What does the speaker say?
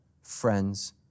friends